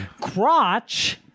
Crotch